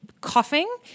coughing